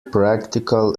practical